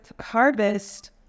harvest